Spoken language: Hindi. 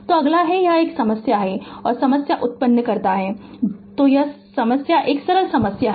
तो अगला है यह समस्या एक और समस्या उत्पन्न करती है तो सरल समस्या यह सरल समस्या है